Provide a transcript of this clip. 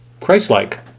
Christ-like